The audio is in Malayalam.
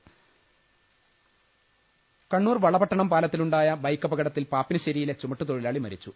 ലലലലലലലലലലലലല കണ്ണൂർ വളപട്ടണം പാലത്തിലുണ്ടായ ബൈക്കപകടത്തിൽ പാപ്പിനിശ്ശേരിയിലെ ചുമട്ട് തൊഴിലാളി മരിച്ചു